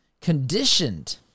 conditioned